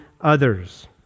others